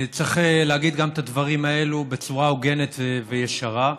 צריך להגיד גם את הדברים האלה בצורה הוגנת וישרה.